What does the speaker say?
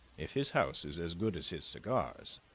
if his house is as good as his cigars,